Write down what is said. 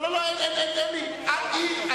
אני לא מחיתי, אדוני היושב-ראש.